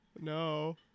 no